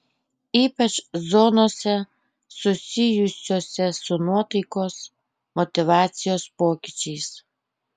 ypač zonose susijusiose su nuotaikos motyvacijos pokyčiais